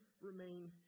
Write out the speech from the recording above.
remain